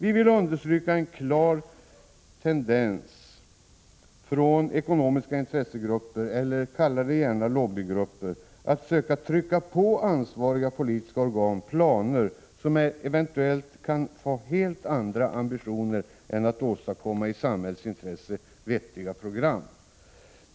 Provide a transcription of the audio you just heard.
Vi vill understryka en klar tendens från ekonomiska intressegrupper — eller kalla dem gärna lobbygrupper — att söka trycka på ansvariga politiska organ planer, vilkas syften kan vara helt andra än att åstadkomma i samhällets intresse vettiga vägprogram.